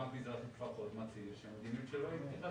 בנק מזרחי טפחות מצהיר שהמדיניות שלו היא פתיחת סניפים.